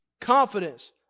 confidence